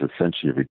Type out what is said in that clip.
essentially